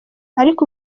ariko